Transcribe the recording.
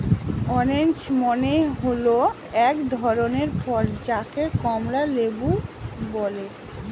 orange মানে হল এক ধরনের ফল যাকে কমলা লেবু বলে